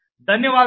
ధన్యవాదాలు